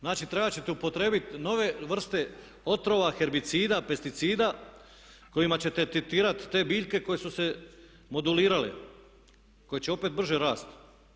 Znači, trebat ćete upotrijebiti nove vrste otrova, herbicida, pesticida kojima ćete tretirati te biljke koje su se modulirale, koje će opet brže rasti.